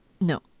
No